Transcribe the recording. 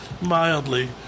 Mildly